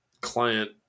client